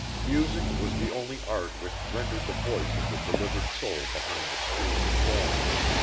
music was the only art which rendered the voice of the delivered soul behind the screen of forms.